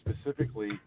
specifically